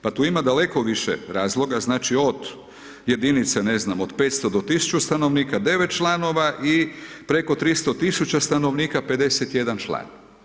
Pa tu ima daleko više razloga, znači od jedinice, ne znam, od 500 do 1000 stanovnika, 9 članova, i preko 300000 stanovnika, 51 član.